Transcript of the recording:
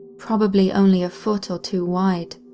probably only a foot or two wide.